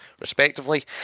respectively